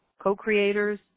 co-creators